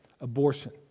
abortion